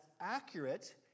accurate